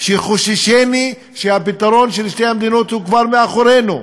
חוששני שהפתרון של שתי המדינות הוא כבר מאחורינו.